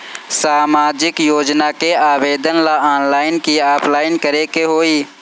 सामाजिक योजना के आवेदन ला ऑनलाइन कि ऑफलाइन करे के होई?